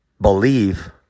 Believe